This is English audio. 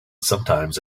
sometimes